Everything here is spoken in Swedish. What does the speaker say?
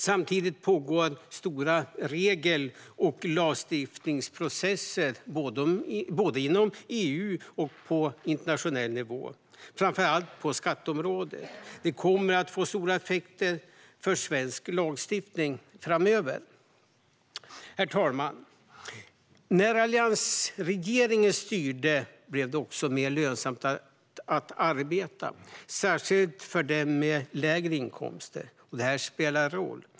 Samtidigt pågår stora regel och lagstiftningsprocesser både inom EU och på internationell nivå, framför allt på skatteområdet. Detta kommer att få stora effekter på svensk lagstiftning framöver. Herr talman! När alliansregeringen styrde blev det mer lönsamt att arbeta, särskilt för dem med lägre inkomster. Detta spelade roll.